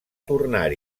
tornar